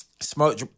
Smoke